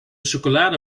chocolade